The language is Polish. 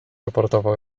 aportował